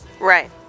right